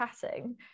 chatting